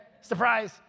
surprise